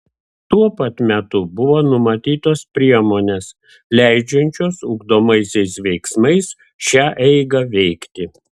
tuo pat metu buvo numatytos priemonės leidžiančios ugdomaisiais veiksmais šią eigą veikti